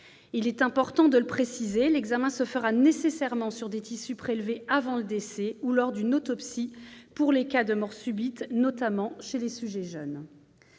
Il est important de le préciser, l'examen se fera nécessairement sur des tissus prélevés avant le décès ou lors d'une autopsie, pour les cas de mort subite notamment chez les sujets jeunes.